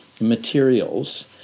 materials